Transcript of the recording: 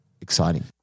exciting